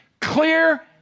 clear